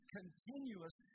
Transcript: continuous